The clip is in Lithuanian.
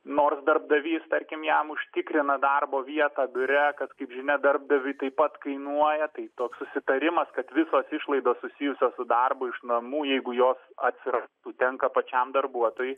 nors darbdavys tarkim jam užtikrina darbo vietą biure kad kaip žinia darbdaviui taip pat kainuoja tai toks susitarimas kad visos išlaidos susijusios su darbu iš namų jeigu jos atsirastų tenka pačiam darbuotojui